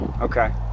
Okay